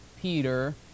Peter